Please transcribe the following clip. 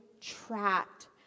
trapped